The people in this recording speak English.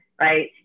Right